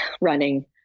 running